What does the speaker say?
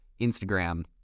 Instagram